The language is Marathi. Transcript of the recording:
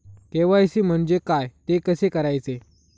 के.वाय.सी म्हणजे काय? ते कसे करायचे?